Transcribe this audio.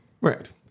Right